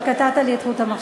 אבל קטעת לי את חוט המחשבה.